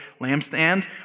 lampstand